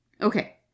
Okay